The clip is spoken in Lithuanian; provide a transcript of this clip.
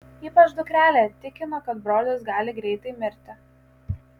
ypač dukrelė tikino kad brolis gali greitai mirti